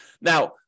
Now